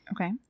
Okay